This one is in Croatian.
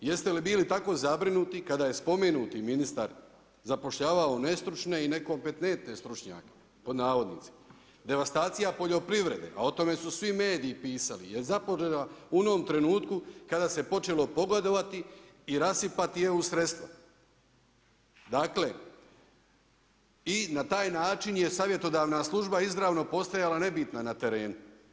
Jeste li bili tako zabrinuti kada je spomenuti ministar zapošljavao nestručne i nekompetentne „stručnjake“? devastacija poljoprivrede, a o tome su svi mediji pisali, je započela u onom trenutku kada se počelo pogodovati i rasipati eu sredstva, dakle i na taj način je savjetodavna služba izravno postojala nebitna na terenu.